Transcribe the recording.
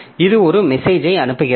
இது ஒரு மெசேஜை அனுப்புகிறது